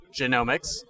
genomics